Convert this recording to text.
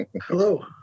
hello